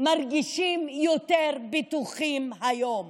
מרגישים יותר בטוחים היום.